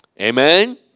Amen